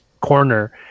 corner